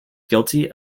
guilty